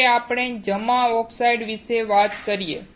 હવે આપણે જમા ઓક્સાઈડ વિશે વાત કરીએ